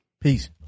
Peace